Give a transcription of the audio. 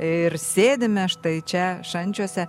ir sėdime štai čia šančiuose